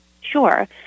Sure